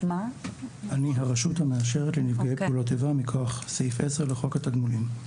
אני הרשות המאשרת לנפגעי פעולות איבה מכוח סעיף 10 לחוק התגמולים.